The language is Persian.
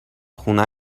خونه